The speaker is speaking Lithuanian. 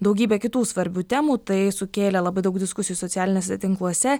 daugybę kitų svarbių temų tai sukėlė labai daug diskusijų socialiniuose tinkluose